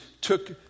took